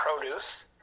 produce